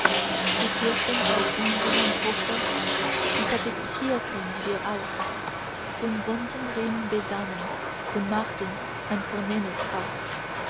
die kisten auf unserem hofe die tapezierten wir aus und wohnten drin beisammen und machten ein vornehmes haus